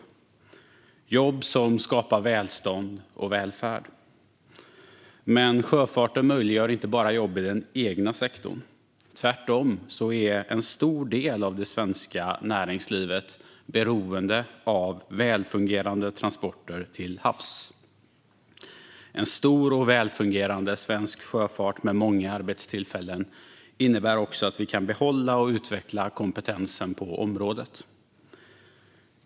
Det är jobb som skapar välstånd och välfärd. Men sjöfarten möjliggör inte bara jobb i den egna sektorn. Tvärtom är en stor del av det svenska näringslivet beroende av välfungerande transporter till havs. En stor och välfungerande svensk sjöfart med många arbetstillfällen innebär också att vi kan behålla och utveckla kompetensen på området.